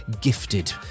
gifted